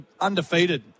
undefeated